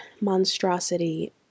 monstrosity